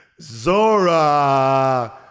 Zora